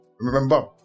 Remember